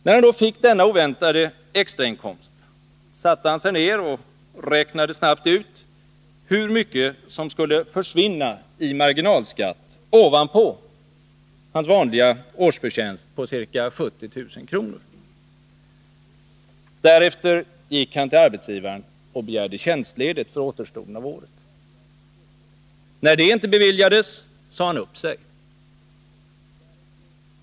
När han fick denna oväntade extrainkomst satte han sig ner och räknade snabbt ut hur mycket som skulle försvinna i marginalskatt ovanpå hans vanliga årsförtjänst på ca 70 000 kr. Därefter gick han till arbetsgivaren och begärde tjänstledigt för återstoden av året. När det inte beviljades sade han upp sig.